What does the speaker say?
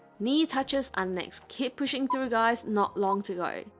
knee touches are next keep pushing through guys! not long to go